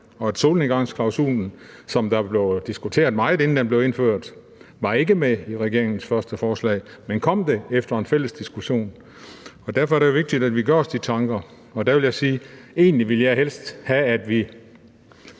Og solnedgangsklausulen, som blev diskuteret meget, inden den blev indført, var ikke med i regeringens første forslag, men kom det efter en fælles diskussion. Derfor er det vigtigt, at vi gør os de tanker, og der vil jeg sige: Egentlig vil jeg helst have, at vi